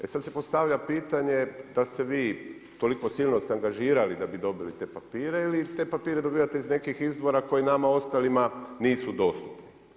E sad se postavlja pitanje, dal ste vi toliko silno angažirali da bi dobili te papire, ili te papire dobivate iz nekih izvora koji nama ostalima nisu dostupni.